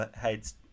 hates